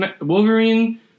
Wolverine